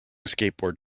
skateboard